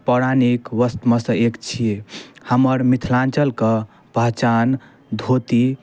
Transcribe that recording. पौराणिक वस्त्रमेसँ एक छिए हमर मिथिलाञ्चलके पहिचान धोती